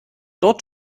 dort